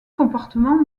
comportements